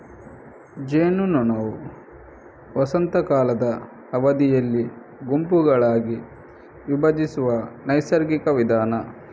ಜೇನ್ನೊಣವು ವಸಂತ ಕಾಲದ ಅವಧಿಯಲ್ಲಿ ಗುಂಪುಗಳಾಗಿ ವಿಭಜಿಸುವ ನೈಸರ್ಗಿಕ ವಿಧಾನ